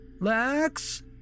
Lex